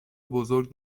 بزرگ